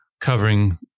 covering